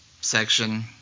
section